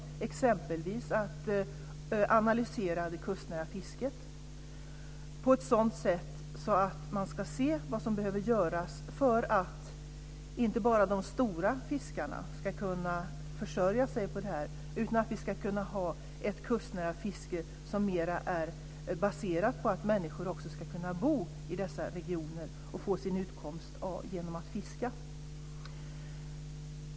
Det gäller exempelvis att analysera det kustnära fisket på ett sådant sätt att man ska se vad som behöver göras för att inte bara de stora fiskarna ska kunna försörja sig på fisket, utan för att vi ska kunna ha ett kustnära fiske som mer är baserat på att människor också ska kunna bo i dessa regioner och få sin utkomst genom att fiska.